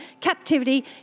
captivity